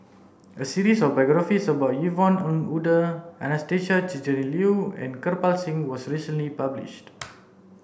a series of biographies about Yvonne Ng Uhde Anastasia Tjendri Liew and Kirpal Singh was recently published